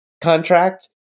contract